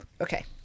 Okay